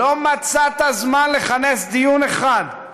לא מצאת זמן לכנס דיון אחד,